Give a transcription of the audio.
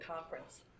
conference